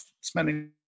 spending